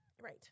Right